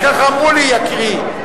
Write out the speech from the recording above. ככה אמרו לי, יקירי.